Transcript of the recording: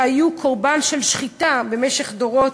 שהיו קורבן של שחיטות במשך דורות,